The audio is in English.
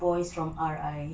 boys from R_I